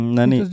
Nani